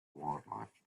wildlife